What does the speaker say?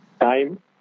Time